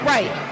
Right